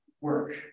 work